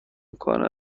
کنه